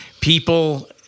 People